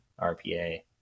RPA